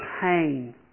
pain